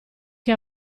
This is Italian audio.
che